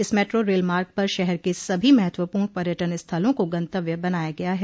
इस metro rail मार्ग पर शहर के सभी महत्वपूर्ण पर्यटन स्थलों को गंतव्य बनाया गया है